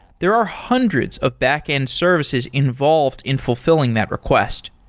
there are hundreds of back-end services involved in fulfilling that request.